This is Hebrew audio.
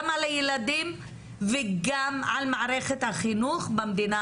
גם על הילדים וגם על מערכת החינוך במדינה